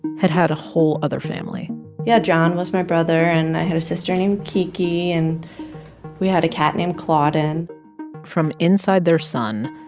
had had a whole other family yeah, john was my brother. and i had a sister named kiki. and we had a cat named clauden from inside their son,